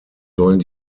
sollen